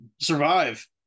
Survive